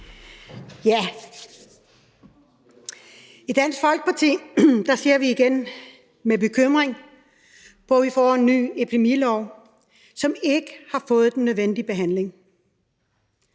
I Dansk Folkeparti ser vi igen med bekymring på, at vi får en ny epidemilov, som ikke har fået den nødvendige behandling.